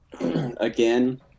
again